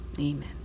Amen